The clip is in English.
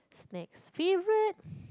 snacks favourite